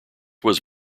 was